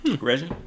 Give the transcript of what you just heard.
Reggie